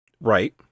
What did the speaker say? Right